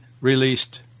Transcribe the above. released